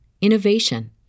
innovation